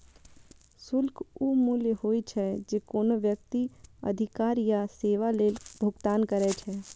शुल्क ऊ मूल्य होइ छै, जे कोनो व्यक्ति अधिकार या सेवा लेल भुगतान करै छै